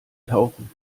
tauchen